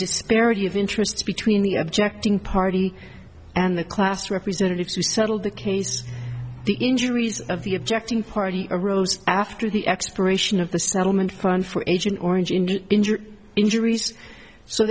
disparity of interests between the objecting party and the class representatives to settle the case the injuries of the objecting party arose after the expiration of the settlement fund for agent orange and injured injuries so